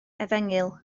efengyl